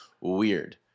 weird